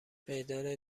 میدان